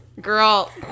Girl